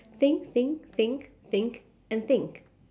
think think think think and think